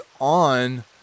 on